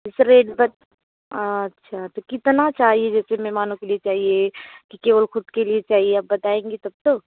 किस रेंज पर अच्छा तो कितना चाहिए जैसे मेहमानों के लिए चाहिए कि केवल खुद के लिए चाहिए आप बताएंगी तब तो